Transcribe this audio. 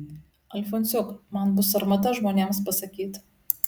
alfonsiuk man bus sarmata žmonėms pasakyt